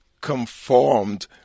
conformed